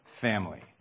family